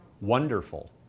Wonderful